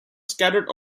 scattered